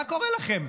מה קרה לכם?